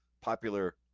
popular